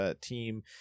team